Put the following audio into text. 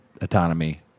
autonomy